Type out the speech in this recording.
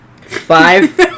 Five